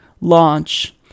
launch